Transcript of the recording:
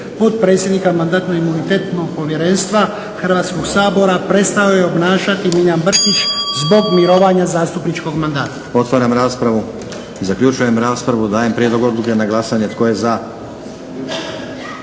potpredsjednika Mandatno-imunitetskog povjerenstva Hrvatskog sabora prestao je obnašati Milijan Brkić zbog mirovanja zastupničkog mandata. **Stazić, Nenad (SDP)** Otvaram raspravu. Zaključujem raspravu. Dajem na glasanje prijedlog